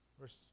Verse